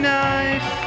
nice